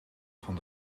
van